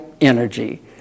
energy